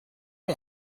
you